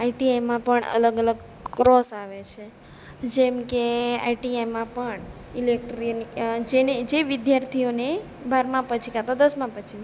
આઈટીઆઈમાં પણ અલગ અલગ કોર્સ આવે છે જેમકે આઈટીઆઈમાં પણ ઇલેક્ટ્રિ જેને જે વિદ્યાર્થીઓને બારમા પછી કાં તો દસમા પછી